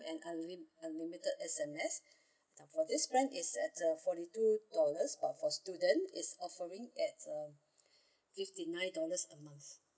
and unlimit~ unlimited S_M_S for this plan is at a forty two dollars but for student is offering at uh fifty nine dollars per month